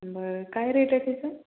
बरं काय रेट आहे त्याचा